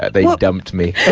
they dumped me.